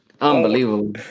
unbelievable